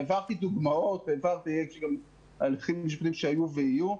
העברתי דוגמאות, יש גם הליכים משפטיים שהיו ויהיו.